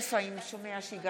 שמותיהם של חברי הכנסת שטרם